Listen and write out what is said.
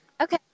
Okay